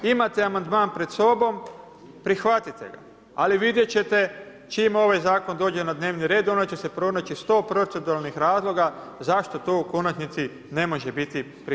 Imate amandman pred sobom, prihvatite ga, ali vidjet ćete, čim ovaj zakon dođe na dnevni red, onda će se pronaći 100 proceduralnih razloga zašto to u konačnici ne može biti prihvaćeno.